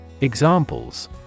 Examples